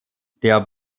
der